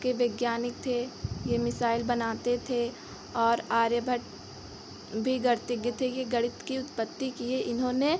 के वैज्ञानिक थे यह मिसाइल बनाते थे और आर्यभट्ट भी गणतज्ञ थे यह गणित की उत्पत्ति किए इन्होंने